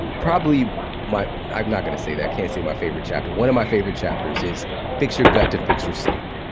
probably my i'm not going to say that. i can't say my favorite chapter. one of my favorite chapters is fix your gut to fix your sleep.